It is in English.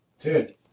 Dude